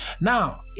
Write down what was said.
Now